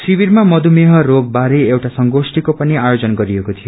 शिविरमा मधुमेह रोग बारे एउटा संगोष्ठीको पनि आयोजन गरिएको थियो